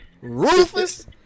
Rufus